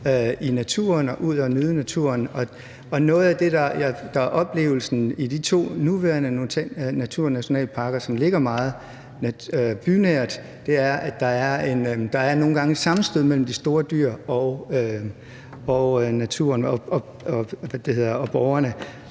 i naturen og ud at nyde naturen, og noget af det, der er oplevelsen i de to nuværende naturnationalparker, som ligger meget bynært, er, at der nogle gange er et sammenstød mellem de store dyr og borgerne,